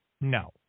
no